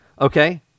Okay